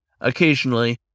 Occasionally